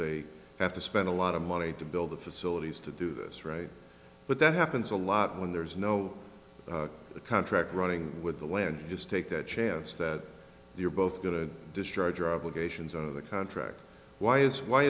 they have to spend a lot of money to build the facilities to do this right but that happens a lot when there's no contract running with the wind just take the chance that you're both going to destroy the contract why is why